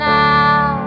now